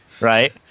Right